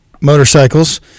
motorcycles